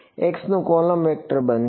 x નું column vector બનશે